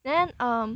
then um